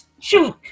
Shoot